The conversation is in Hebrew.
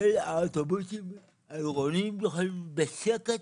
של האוטובוסים העירוניים, יכולים בשקט